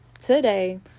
today